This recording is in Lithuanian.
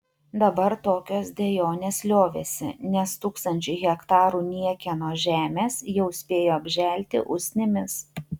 dabar tokios dejonės liovėsi nes tūkstančiai hektarų niekieno žemės jau spėjo apželti usnimis